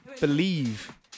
believe